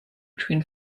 between